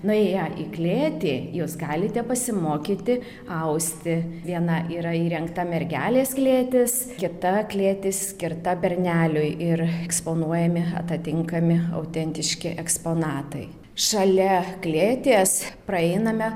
nuėję į klėtį jūs galite pasimokyti austi viena yra įrengta mergelės klėtis kita klėtis skirta berneliui ir eksponuojami atatinkami autentiški eksponatai šalia klėties praeiname